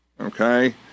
Okay